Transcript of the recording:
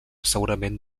segurament